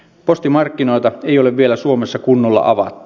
postimarkkinoita ei ole vielä suomessa kunnolla avattu